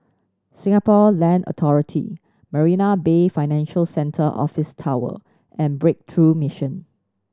Singapore Land Authority Marina Bay Financial Centre Office Tower and Breakthrough Mission